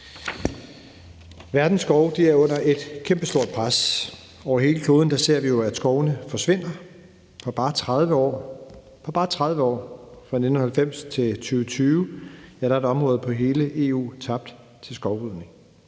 Verdens skove er under et kæmpestort pres. Over hele kloden ser vi jo, at skovene forsvinder. På bare 30 år – på bare 30 år! – fra 1990 til 2020 er et område på størrelse med hele EU tabt til skovrydning.